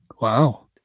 wow